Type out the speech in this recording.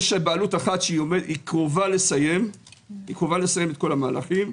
יש בעלות אחת שקרובה לסיים את כל המהלכים.